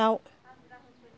दाउ